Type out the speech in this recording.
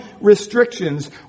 restrictions